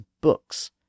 books